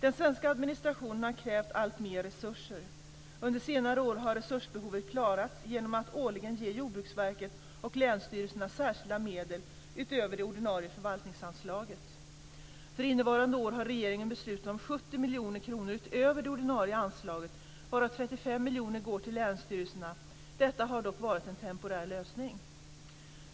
Den svenska administrationen har krävt alltmer resurser. Under senare år har resursbehovet klarats genom att Jordbruksverket och länsstyrelserna årligen getts särskilda medel utöver det ordinarie förvaltningsanslaget. För innevarande år har regeringen beslutat om 70 miljoner kronor utöver det ordinarie anslaget, varav 35 miljoner kronor går till länsstyrelserna. Detta har dock varit en temporär lösning.